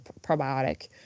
probiotic